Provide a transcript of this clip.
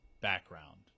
background